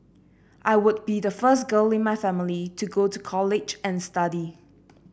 I would be the first girl in my family to go to college and study